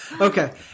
Okay